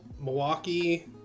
Milwaukee